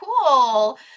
cool